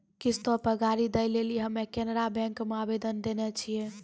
किश्तो पे गाड़ी दै लेली हम्मे केनरा बैंको मे आवेदन देने छिये